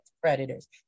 predators